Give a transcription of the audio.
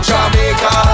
Jamaica